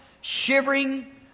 shivering